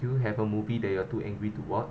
do you have a movie that you're too angry to watch